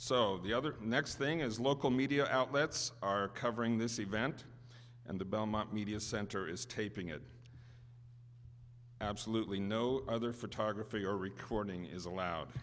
so the other next thing is local media outlets are covering this event and the belmont media center is taping it absolutely no other photography or recording is allowed